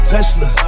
Tesla